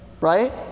right